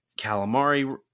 Calamari